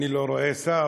אני לא רואה שר,